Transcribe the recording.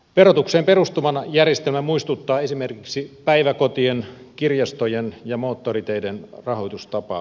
verotukseen perustuvana järjestelmä muistuttaa esimerkiksi päiväkotien kirjastojen ja moottoriteiden rahoitustapaa